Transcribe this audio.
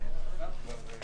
יש כל מיני